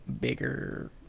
bigger